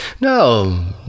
No